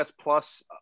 plus